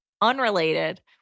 Unrelated